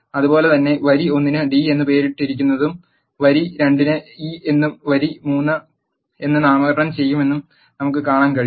അതുപോലെ തന്നെ വരി ഒന്നിന് d എന്ന് പേരിട്ടിരിക്കുന്നതും വരി 2 നെ e എന്നും വരി 3 എന്ന് നാമകരണം ചെയ്യുമെന്നും നമുക്ക് കാണാൻ കഴിയും